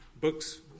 books